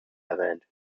erwähnt